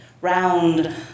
round